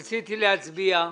להצביע.